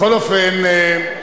בכל אופן,